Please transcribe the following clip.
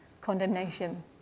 condemnation